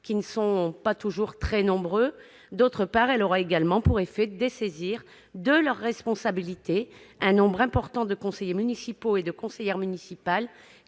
qui ne sont pas toujours très nombreux. D'autre part, elle aura pour effet de dessaisir de leurs responsabilités un nombre important de conseillers municipaux et de conseillères municipales,